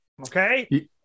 Okay